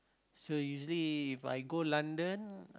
so usually If I go London